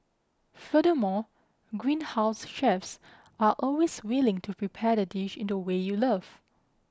furthermore Greenhouse's chefs are always willing to prepare the dish in the way you love